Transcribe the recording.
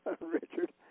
Richard